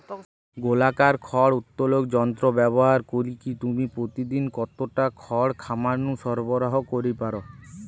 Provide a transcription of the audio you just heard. গোলাকার খড় উত্তোলক যন্ত্র ব্যবহার করিকি তুমি প্রতিদিন কতটা খড় খামার নু সরবরাহ করি পার?